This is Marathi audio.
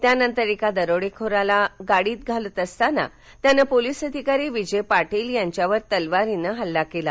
त्यानंतर एका दरोडेखोरला पकडून गाडीत घालत असताना त्यानं पोलीस अधिकारी विजय पाटील यांच्यावर तलवारीनं हल्ला केला